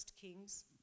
Kings